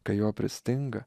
kai jo pristinga